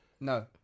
No